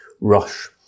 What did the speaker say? rush